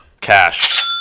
Cash